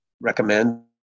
recommend